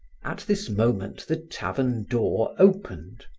at this moment, the tavern door opened.